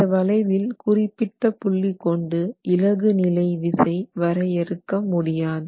இந்த வளைவில் குறிப்பிட்ட புள்ளி கொண்டு இளகு நிலை விசை வரையறுக்க முடியாது